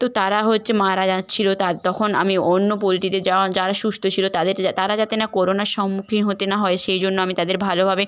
তো তারা হচ্ছে মারা যাচ্ছিলো তাই তখন আমি অন্য পোলট্রিদের যাও যারা সুস্থ ছিলো তাদের যাতে তারা যাতে না কোরোনার সম্মুখীন হতে না হয় সেই জন্য আমি তাদের ভালোভাবে